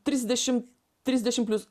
trisdešimt trisdešim plius